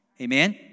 Amen